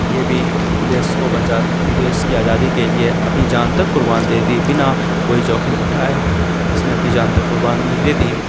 یہ بھی دیش کو بچا دیش کی آزادی کے لیے اپنی جان تک قربان دے دی بنا کوئی جوکھم اٹھائے اس نے اپنی جان تک قربانی دے دی